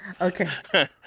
Okay